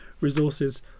resources